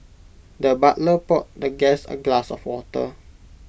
the butler poured the guest A glass of water